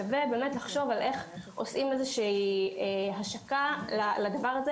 שווה לחשוב על איך עושים השקה לדבר הזה